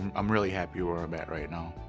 and i'm really happy where i'm at right now.